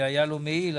שהיה לו מעיל,